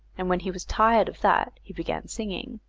and when he was tired of that he began singing.